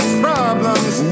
problems